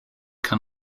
can